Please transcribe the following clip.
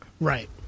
Right